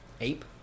Ape